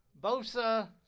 Bosa